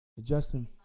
Justin